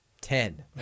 ten